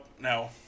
No